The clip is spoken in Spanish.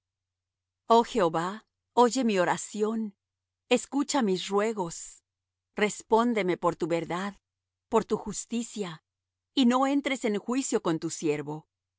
oh jehová oye mi oración escucha mis ruegos respóndeme por tu verdad por tu justicia y no entres en juicio con tu siervo